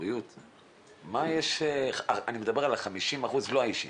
אני מדבר על ה-50% לא האישיים,